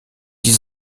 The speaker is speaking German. die